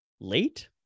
late